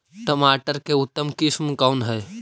टमाटर के उतम किस्म कौन है?